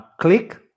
click